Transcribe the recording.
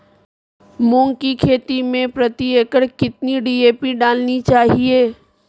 मूंग की खेती में प्रति एकड़ कितनी डी.ए.पी डालनी चाहिए?